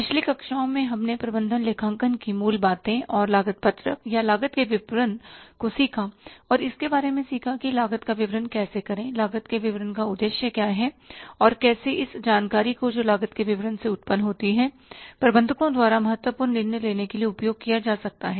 पिछली कक्षाओं में हमने प्रबंधन लेखांकन की मूल बातें और लागत पत्रक या लागत के विवरण को सीखा और इस बारे में सीखा कि लागत का विवरण कैसे करें लागत के विवरण का उद्देश्य क्या है और कैसे इस जानकारी को जो लागत के विवरण से उत्पन्न होती है प्रबंधकों द्वारा महत्वपूर्ण निर्णय लेने के लिए उपयोग किया जा सकता है